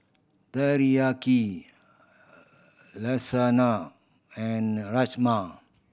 Teriyaki Lasagna and Rajma